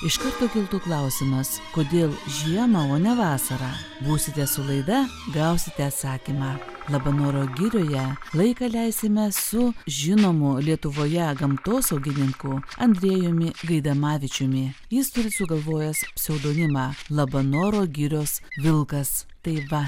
iš karto kiltų klausimas kodėl žiemą o ne vasarą būsite su laida gausite atsakymą labanoro girioje laiką leisime su žinomu lietuvoje gamtosaugininku andrejumi gaidamavičiumi jis turi sugalvojęs pseudonimą labanoro girios vilkas tai va